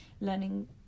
Learning